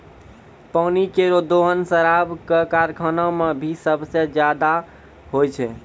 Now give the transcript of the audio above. पानी केरो दोहन शराब क कारखाना म भी सबसें जादा होय छै